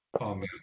Amen